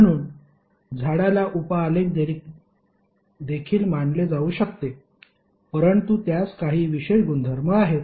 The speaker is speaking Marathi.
म्हणून झाडाला उप आलेख देखील मानले जाऊ शकते परंतु त्यास काही विशेष गुणधर्म आहेत